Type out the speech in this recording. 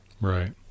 Right